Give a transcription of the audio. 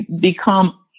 become